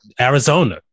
Arizona